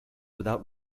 without